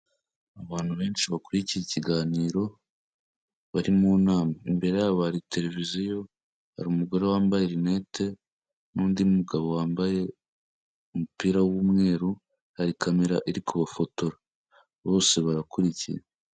Abantu benshi bakurikiye ikiganiro bari mu nama, imbere yabo hari televiziyo hari umugore wambaye rinete n'undi mugabo wambaye umupira w'umweru hari kamera iri kubafotora, bose barakurikira.